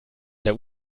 der